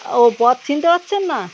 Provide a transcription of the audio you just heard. ও পথ চিনতে পারছেন না